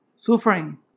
suffering